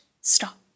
stop